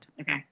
Okay